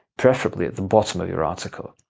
preferably at the bottom of your article.